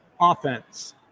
offense